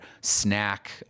snack